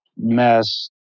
mass